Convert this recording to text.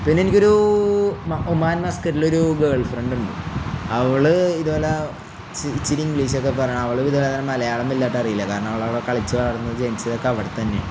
പിന്നെ എനിക്കൊരു ഒമാൻ മസ്ക്കറ്റിലൊരു ഗേൾ ഫ്രണ്ട് ഉണ്ട് അവള് ഇതുപോലെ ഇത്തിരി ഇംഗ്ലീഷൊക്കെ പറയുന്ന അവളും ഇതുപോലെ തന്നെ മലയാളം വലിയതായിട്ട് അറിയില്ല കാരണം അവളവിടെ കളിച്ച് വളർന്ന് ജനിച്ചതൊക്കെ അവിടെത്തന്നെയാണ്